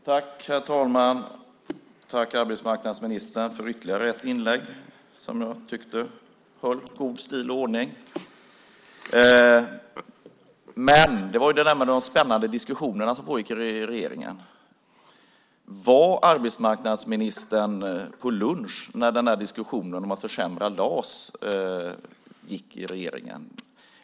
Herr talman! Tack, arbetsmarknadsministern, för ytterligare ett inlägg som jag tyckte höll god stil och ordning! Arbetsmarknadsministern pratade om de spännande diskussionerna som pågick i regeringen. Var arbetsmarknadsministern på lunch när diskussionen om att försämra LAS pågick i regeringen?